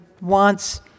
wants